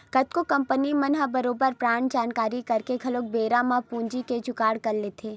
कतको कंपनी मन ह बरोबर बांड जारी करके घलो बेरा म पूंजी के जुगाड़ कर लेथे